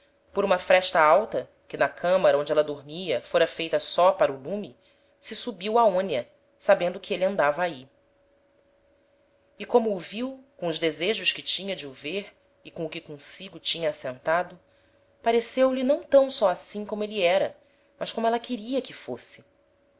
por uma fresta alta que na camara onde éla dormia fôra feita só para o lume se subiu aonia sabendo que êle andava ahi e como o viu com os desejos que tinha de o ver e com o que consigo tinha assentado pareceu-lhe não tam só assim como êle era mas como éla queria que fosse